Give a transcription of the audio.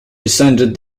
resented